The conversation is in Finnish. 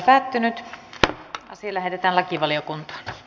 asia lähetettiin lakivaliokuntaan